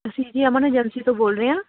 ਤੁਸੀਂ ਜੀ ਅਮਨ ਏਜੰਸੀ ਤੋਂ ਬੋਲ ਰਹੇ ਹਾਂ